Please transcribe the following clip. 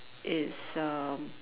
is um